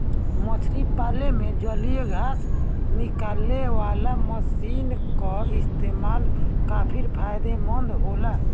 मछरी पाले में जलीय घास निकालेवाला मशीन क इस्तेमाल काफी फायदेमंद होला